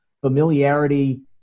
familiarity